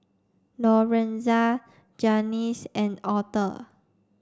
Lorenza Janyce and Author